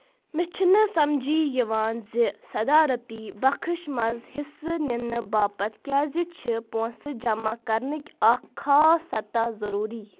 مےٚ چھُنہٕ سمجے یِوان زِ صدارتی بخَش منٛز حصہٕ نِنہٕ باپتھ کیٛازِ چھِ پوٛنٛسہٕ جمع کرنٕکۍ اکھ خاص سطح ضروٗری